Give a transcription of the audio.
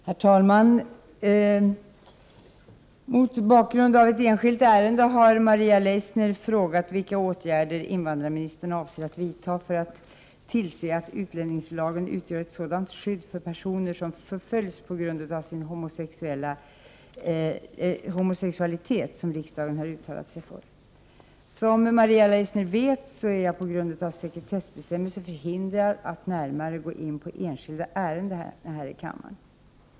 Herr talman! Mot bakgrund av ett enskilt ärende har Maria Leissner frågat vilka åtgärder invandrarministern avser att vidta för att tillse att utlänningslagen utgör ett sådant skydd för personer som förföljs på grund av sin homosexualitet som riksdagen har uttalat sig för. Som Maria Leissner vet är jag på grund av sekretessbestämmelser förhindrad att närmare gå in på enskilda ärenden här i kammaren.